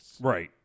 Right